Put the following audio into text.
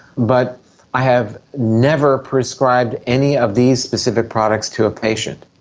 but i have never prescribed any of these specific products to a patient.